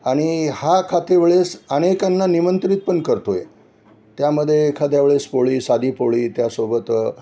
आणि हा खाते वेळेस अनेकांना निमंत्रित पण करतो आहे त्यामध्ये एखाद्या वेळेस पोळी साधी पोळी त्यासोबत